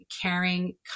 caring